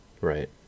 right